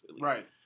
Right